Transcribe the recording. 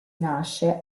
nasce